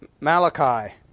Malachi